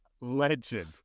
Legend